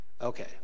okay